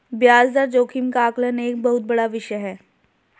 ब्याज दर जोखिम का आकलन एक बहुत बड़ा विषय है